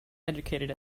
educated